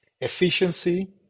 Efficiency